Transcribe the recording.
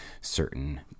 certain